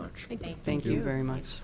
much thank you very much